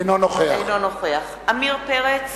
אינו נוכח עמיר פרץ,